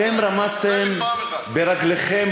אתם רמסתם במו-רגליכם,